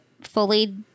fully